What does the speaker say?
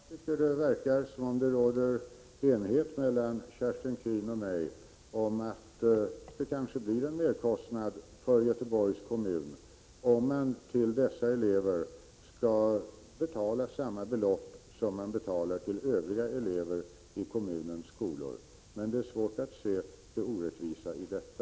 Herr talman! Jag tycker att det verkar som om det råder enighet mellan Kerstin Keen och mig om att det kanske blir en merkostnad för Göteborgs kommun, om man till dessa elever skall betala samma belopp som man betalar till övriga elever i kommunens skolor. Men jag har svårt att se det orättvisa i detta.